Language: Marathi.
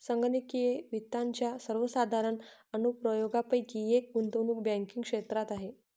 संगणकीय वित्ताच्या सर्वसाधारण अनुप्रयोगांपैकी एक गुंतवणूक बँकिंग क्षेत्रात आहे